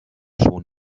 schon